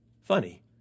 Funny